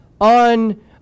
on